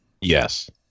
Yes